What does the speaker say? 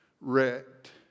wrecked